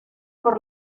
por